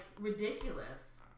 ridiculous